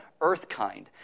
earthkind